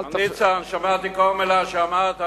שמעתי כל מלה שאמרת,